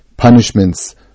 punishments